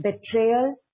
betrayal